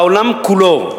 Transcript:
בעולם כולו,